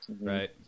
Right